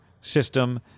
system